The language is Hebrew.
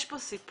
יש פה סיפור,